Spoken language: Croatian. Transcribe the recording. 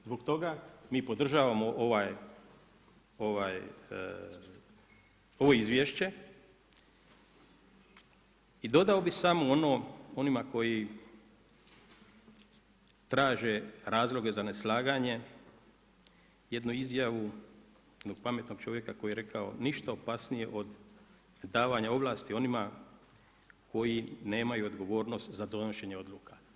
Zbog toga, mi podržavamo ovo izvješće i dodao bi samo onima koji traže razloge za neslaganje, jednu izjavu, jednog pametnog čovjeka koji je rekao, ništa opasnije od davanje ovlasti onima koji nemaju odgovornost za donošenje odluka.